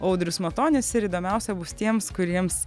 audrius matonis ir įdomiausia bus tiems kuriems